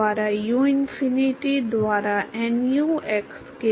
तो u infinity nu का x से आधा वर्गमूल होगा जिसे eta df से deta माइनस f से गुणा किया जाएगा